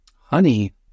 honey